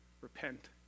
Repent